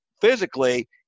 physically